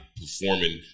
performing